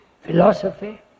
philosophy